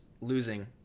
losing